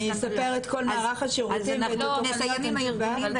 אנחנו נסיים עם הארגונים.